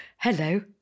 Hello